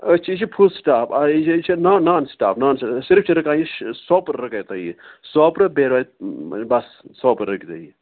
أسۍ چھِ یہِ چھِ فُل سِٹاپ یہِ چھےٚ نان سِٹاپ نان صِرف چھِ رُکان یہِ سوپُر رُکاے تۄہہِ یہِ سوپرٕ بیٚیہِ بَس سوپرٕ رُکہِ تۄہہِ یہِ